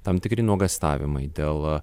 tam tikri nuogąstavimai dėl